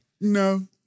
no